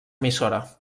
emissora